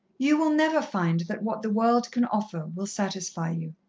you will never find that what the world can offer will satisfy you.